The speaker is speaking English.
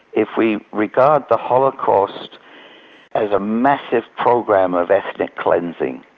if we regard the holocaust as a massive program of ethnic cleansing,